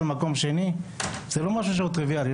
תודה רבה.